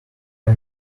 pen